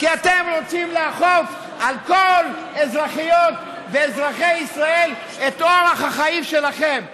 כי אתם רוצים לאכוף על כל אזרחיות ואזרחי ישראל את אורח החיים שלכם.